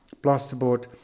plasterboard